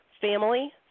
family